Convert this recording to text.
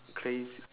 crazy